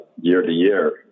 year-to-year